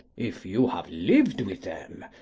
if you have lived with them,